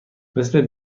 مثل